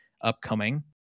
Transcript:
upcoming